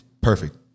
perfect